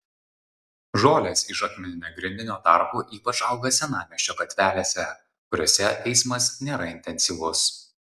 žolės iš akmeninio grindinio tarpų ypač auga senamiesčio gatvelėse kuriose eismas nėra intensyvus